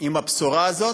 עם הבשורה הזאת,